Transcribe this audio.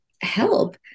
help